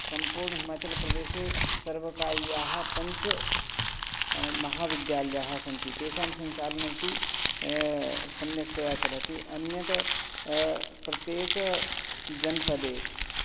सम्पूर्णहिमाचलप्रदेशे सर्वकारीयाः पञ्च महाविद्यालयाः सन्ति तेषां सञ्चालनमपि सम्यक्तया चलति अन्यत् प्रत्येकजनपदे